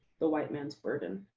the white man's burden.